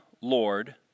Lord